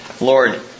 Lord